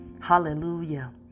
Hallelujah